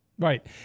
Right